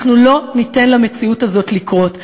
אנחנו לא ניתן למציאות הזאת לקרות.